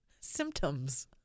symptoms